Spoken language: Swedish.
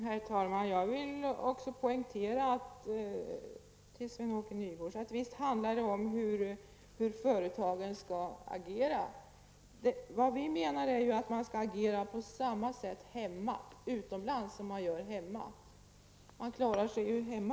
Herr talman! Också jag vill poängtera för Sven Åke Nygårds att det handlar om hur företagen skall agera. Vi menar att de skall agera på samma sätt utomlands som de gör hemma. De klarar sig ju hemma.